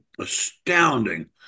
astounding